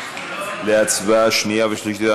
להצבעה בקריאה שנייה ושלישית.